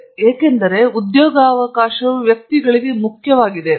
ಆದರೆ ಏನಾಯಿತು ಇದು ಹಾಡಿನಿಂದ ತಿರುಚಲ್ಪಟ್ಟಿದೆ ಏಕೆಂದರೆ ಉದ್ಯೋಗಾವಕಾಶವು ವ್ಯಕ್ತಿಗಳಿಗೆ ಮುಖ್ಯವಾಗಿದೆ